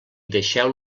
deixeu